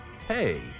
Hey